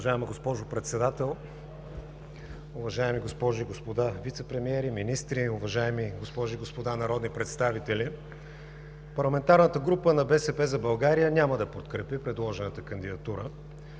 Уважаема госпожо Председател, уважаеми госпожи и господа вицепремиери, министри, уважаеми госпожи и господа народни представители! Парламентарната група на „БСП за България“ няма да подкрепи предложената кандидатура,